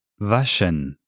Waschen